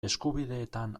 eskubideetan